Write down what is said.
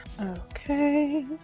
Okay